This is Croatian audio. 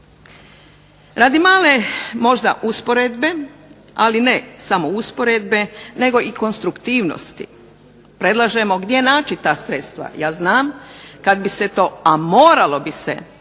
Radi male možda usporedbe, ali ne samo usporedbe nego i konstruktivnosti predlažemo gdje naći ta sredstva. Ja znam kad bi se to, a moralo bi se